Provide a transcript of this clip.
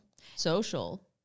Social